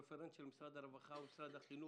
שהוא רפרנט של משרד הרווחה או משרד החינוך,